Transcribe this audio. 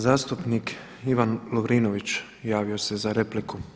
Zastupnik Ivan Lovrinović javio se za repliku.